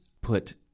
put